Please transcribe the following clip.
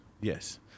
Yes